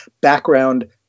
background